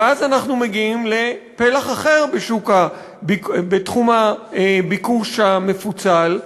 ואז אנחנו מגיעים לפלח אחר בתחום הביקוש המפוצל,